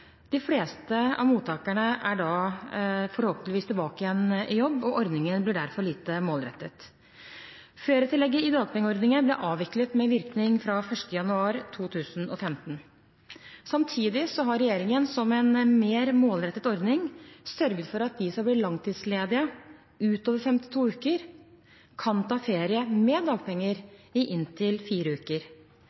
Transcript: De fleste av mottakerne er da forhåpentligvis tilbake i jobb, og ordningen blir derfor lite målrettet. Ferietillegget i dagpengeordningen ble avviklet med virkning fra 1. januar 2015. Samtidig har regjeringen som en mer målrettet ordning sørget for at de som blir langtidsledige utover 52 uker, kan ta ferie med dagpenger i inntil fire uker.